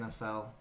NFL